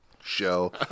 show